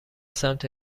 سمت